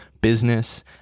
business